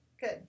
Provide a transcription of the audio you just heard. Good